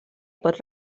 pot